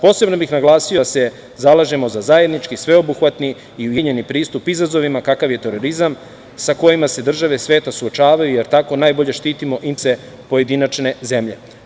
Posebno bih naglasio da se zalažemo za zajednički, sveobuhvatni i ujedinjeni pristup izazovima kakav je terorizam sa kojima se države sveta suočavaju, jer tako najbolje štitimo interese pojedinačne zemlje.